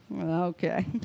Okay